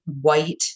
white